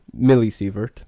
millisievert